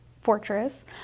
Fortress